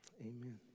Amen